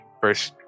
first